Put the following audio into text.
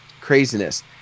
craziness